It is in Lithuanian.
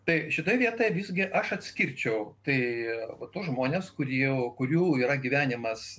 tai šitoj vietoje visgi aš atskirčiau tai va tuos žmones kurie jau kurių yra gyvenimas